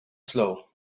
slow